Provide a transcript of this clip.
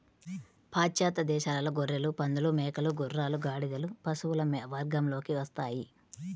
పాశ్చాత్య దేశాలలో గొర్రెలు, పందులు, మేకలు, గుర్రాలు, గాడిదలు పశువుల వర్గంలోకి వస్తాయి